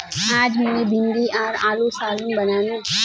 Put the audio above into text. अयेज मी भिंडी आर आलूर सालं बनानु